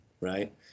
right